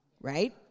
right